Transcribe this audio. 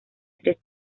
tres